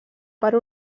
per